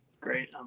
great